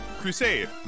Crusade